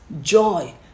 joy